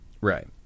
Right